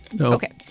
Okay